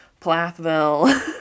plathville